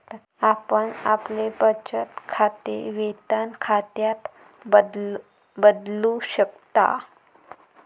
आपण आपले बचत खाते वेतन खात्यात बदलू शकता